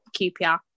QPR